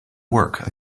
work